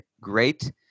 great